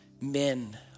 men